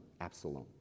Absalom